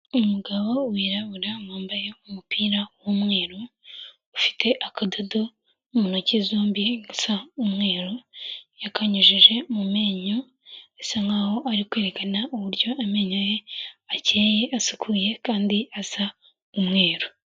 Umugabo wirabura wambaye umupira w'umweru ufite akadodo mu ntoki zombi gasa umweru, yakanyujije mu menyo bisa nkaho ari kwerekana uburyo amenyo ye akeye asukuye kandi asa umweru.